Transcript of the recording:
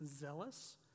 zealous